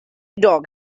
dog